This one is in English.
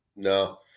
No